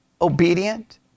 obedient